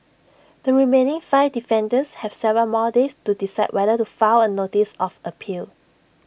the remaining five defendants have Seven more days to decide whether to file A notice of appeal